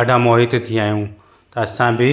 ॾाढा मोहित थी विया आहियूं त असां बि